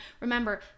remember